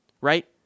right